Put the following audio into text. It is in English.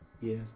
Yes